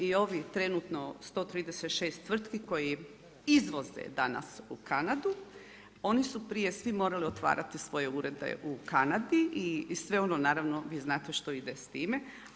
I ovih trenutno 136 tvrtki koje izvoze danas u Kanadu, oni su prije svi morali otvarati svoje urede u Kanadi i sve ono naravno, vi znate što ide sa time.